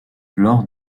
lors